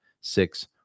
six